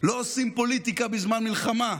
שלא עושים פוליטיקה בזמן מלחמה,